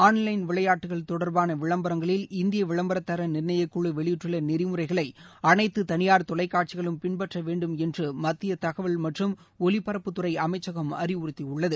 online விளையாட்டுகள் தொடர்பான விளம்பரங்களில் இந்திய விளம்பர தர நிர்ணயக்குழு வெளியிட்டுள்ள நெறிமுறைகளை அனைத்து தனியார் தொலைக்காட்சிகளும் பின்பற்ற வேண்டும் என்று மத்திய தகவல் மற்றும் ஒலிபரப்புத்துறை அமைச்சகம் அறிவுறுத்தியுள்ளது